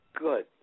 Good